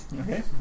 Okay